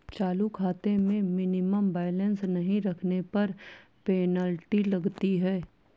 चालू खाते में मिनिमम बैलेंस नहीं रखने पर पेनल्टी लगती है